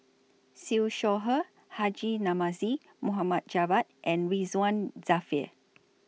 Siew Shaw Her Haji Namazie Mohd Javad and Ridzwan Dzafir